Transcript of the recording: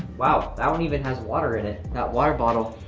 wow, that one even has water in it, that water bottle.